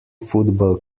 football